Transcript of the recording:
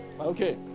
Okay